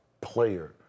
player